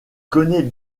connaît